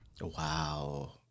Wow